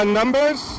numbers